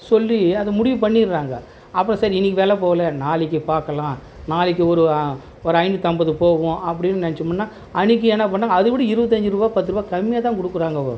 சொல்லி அதை முடிவு பண்ணிடுறாங்க அப்புறம் சரி இன்றைக்கி வெலை போல நாளைக்கு பார்க்கலாம் நாளைக்கு ஒரு ஒரு ஐந்நூற்றைம்பது போகும் அப்படின் நினச்சமுன்னா அன்றைக்கி என்னப் பண்ணால் அதை விட இருபத்தஞ்சி ரூபா பத்து ரூபா கம்மியாக தான் கொடுக்குறாங்கோ